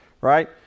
right